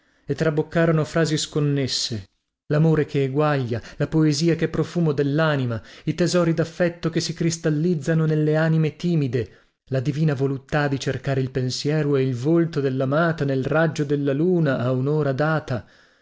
e traboccarono frasi sconnesse lamore che eguaglia la poesia chè profumo dellanima i tesori daffetto che si cristallizzano nelle anime timide la divina voluttà di cercare il pensiero e il volto dellamata nel raggio della luna a unora data